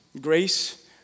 grace